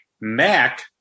Mac